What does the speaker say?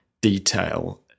detail